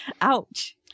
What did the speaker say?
Ouch